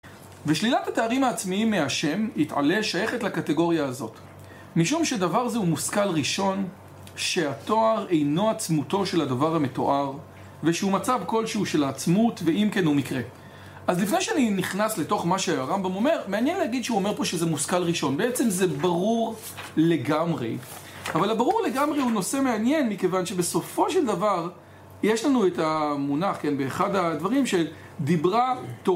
ושלילת התארים העצמיים מהשם יתעלה שייכת לקטגוריה הזאת משום שדבר זה הוא מושכל ראשון שהתואר אינו עצמותו של הדבר המתואר ושהוא מצב כלשהו של היעצמות ואם כן הוא מקרה אז לפני שאני נכנס לתוך מה שהרמב״ם אומר מעניין להגיד שהוא אומר פה שזה מושכל ראשון בעצם זה ברור לגמרי אבל הברור לגמרי הוא נושא מעניין מכיוון שבסופו של דבר יש לנו את המונח כן באחד הדברים שדיברה תורה